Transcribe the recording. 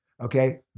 Okay